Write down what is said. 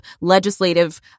legislative